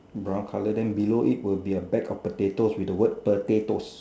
brown colour then below it would be a bag of potatoes with the word potatoes